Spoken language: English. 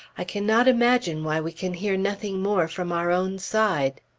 i cannot imagine why we can hear nothing more from our own side.